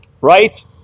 Right